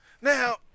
Now